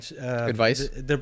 advice